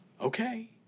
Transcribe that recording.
Okay